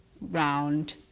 round